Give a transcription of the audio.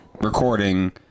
recording